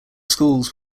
schools